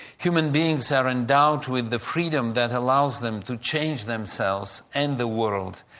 human beings are endowed with the freedom that allows them to change themselves and the world,